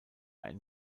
ein